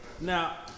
Now